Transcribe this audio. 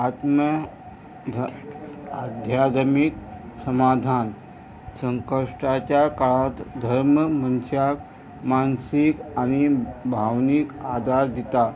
आत्म आध्यात्मीक समाधान संकश्टाच्या काळांत धर्म मनशाक मानसीक आनी भावनीक आदार दिता